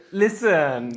listen